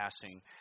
passing